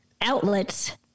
outlets